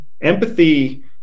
Empathy